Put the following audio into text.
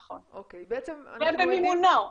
נכון ובמימונו.